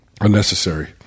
Unnecessary